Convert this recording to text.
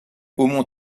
aumont